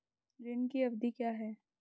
ऋण की अवधि क्या है?